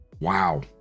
wow